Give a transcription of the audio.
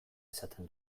esaten